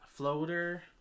Floater